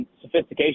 sophistication